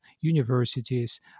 universities